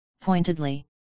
pointedly